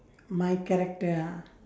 my character ah